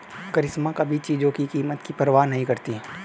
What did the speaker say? करिश्मा कभी चीजों की कीमत की परवाह नहीं करती